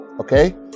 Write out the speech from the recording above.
Okay